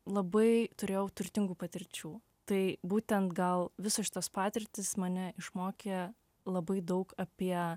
labai turėjau turtingų patirčių tai būtent gal visos šitos patirtys mane išmokė labai daug apie